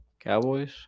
Cowboys